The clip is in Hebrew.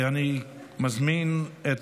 אני מזמין את